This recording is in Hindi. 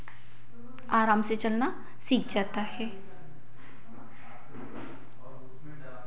आराम से चलना सीख जाता है